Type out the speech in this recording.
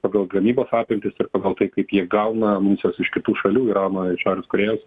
pagal gamybos apimtis ir pagal tai kaip jie gauna amunicijos iš kitų šalių irano ir šiaurės korėjos